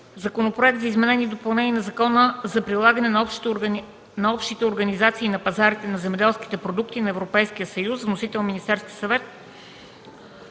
Законопроект за изменение и допълнение на Закона за прилагане на Общите организации на пазарите на земеделски продукти на Европейския съюз. Вносител – Министерският съвет.